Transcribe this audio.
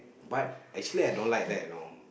but actually I don't like that you know